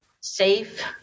safe